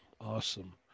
awesome